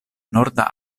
norda